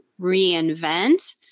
reinvent